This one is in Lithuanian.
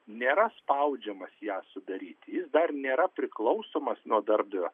nėra spaudžiamas ją sudaryti jis dar nėra priklausomas nuo darbdavio